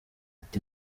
ati